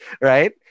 right